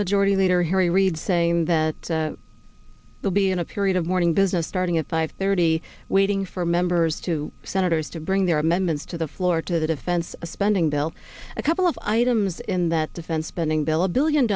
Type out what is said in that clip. majority leader harry reid saying that we'll be in a period of morning business starting at five thirty waiting for members to senators to bring their amendments to the floor to the defense spending bill a couple of items in that defense spending bill a billion